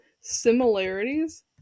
similarities